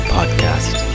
Podcast